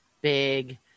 big